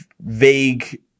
vague